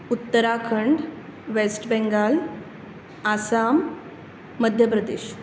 Uttarakhand West Bengal Assam Madhya Pradesh